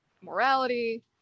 morality